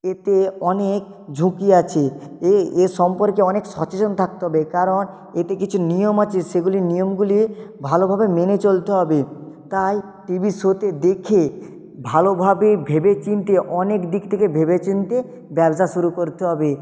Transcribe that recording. এতে অনেক ঝুঁকি আছে এ এ সম্পর্কে অনেক সচেতন থাকতে হবে কারণ এতে কিছু নিয়ম আছে সেগুলি নিয়মগুলি ভালোভাবে মেনে চলতে হবে তাই টি ভির শোতে দেখে ভালোভাবে ভেবে চিনতে অনেক দিক থেকে ভেবে চিনতে ব্যবসা শুরু করতে হবে